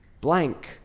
blank